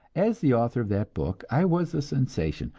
as the author of that book i was a sensation,